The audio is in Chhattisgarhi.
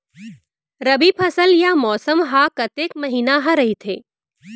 रबि फसल या मौसम हा कतेक महिना हा रहिथे?